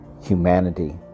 humanity